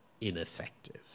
ineffective